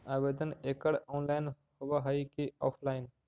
आवेदन एकड़ ऑनलाइन होव हइ की ऑफलाइन?